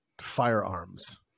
firearms